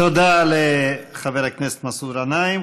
תודה לחבר הכנסת מסעוד גנאים.